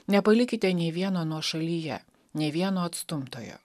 nepalikite nei vieno nuošalyje nė vieno atstumtojo